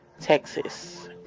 Texas